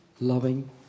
loving